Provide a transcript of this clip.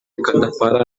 kandapara